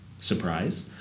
Surprise